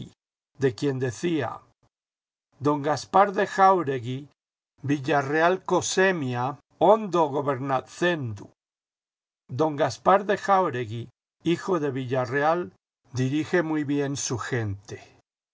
de quien decía don gaspar de jáuregui villarrealco semia ondo gobernatzendu don gaspar de jáuregui hijo de villarreal dirige muy bien su gente